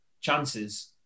chances